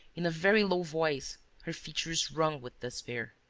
in a very low voice her features wrung with despair.